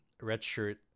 redshirt